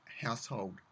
household